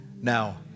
Now